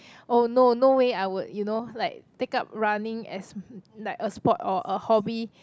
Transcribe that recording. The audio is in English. oh no no way I would you know like take up running as like a sport or a hobby